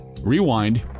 Rewind